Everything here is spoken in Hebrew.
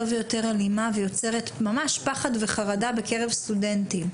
יותר אלימה ויוצרת ממש פחד וחרדה בקרב הסטודנטים,